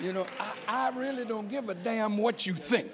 you know i really don't give a damn what you think